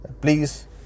please